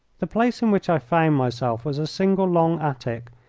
the place in which i found myself was a single long attic,